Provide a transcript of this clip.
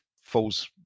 falls